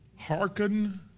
Hearken